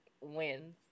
wins